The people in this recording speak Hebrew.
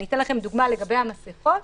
אציג לכם דוגמה לגבי המסכות.